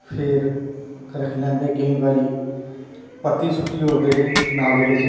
फिर रक्खी लैंदे केईं बारी परतियै सुट्टी ओड़दे रेह् नालै च